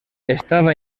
estava